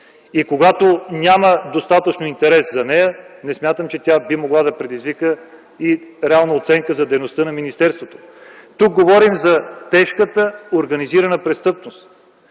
И когато няма достатъчно интерес за нея, не смятам, че тя би могла да предизвика и реална оценка за дейността на министерствата. Тук говорим за тежката организирана престъпност.